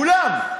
כולם.